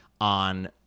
on